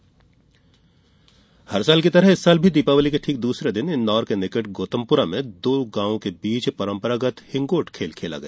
हिंगोट हर साल की तरह इस साल भी दीपावली के ठीक दूसरे दिन इंदौर के निकट गौतमपुरा में दो गांवों के बीच परंपरागत हिंगोट खेल खेला गया